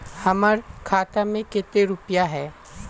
हमर खाता में केते रुपया है?